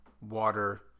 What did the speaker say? water